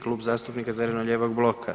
Klub zastupnika zeleno-lijevog bloka.